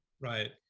right